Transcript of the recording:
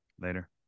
later